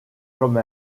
comme